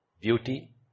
beauty